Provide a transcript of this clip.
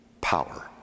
power